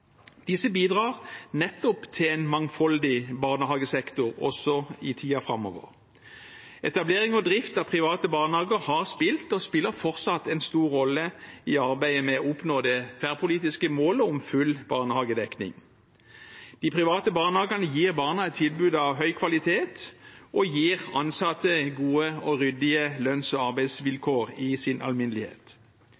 Disse bidrar nettopp til en mangfoldig barnehagesektor også i tiden framover. Etablering og drift av private barnehager har spilt og spiller fortsatt en stor rolle i arbeidet med å oppnå det tverrpolitiske målet om full barnehagedekning. De private barnehagene gir barna et tilbud av høy kvalitet og gir ansatte gode og ryddige lønns- og